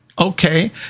okay